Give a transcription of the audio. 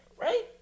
right